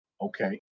Okay